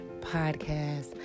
podcast